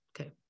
Okay